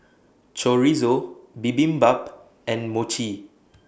Chorizo Bibimbap and Mochi